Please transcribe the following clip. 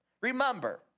remember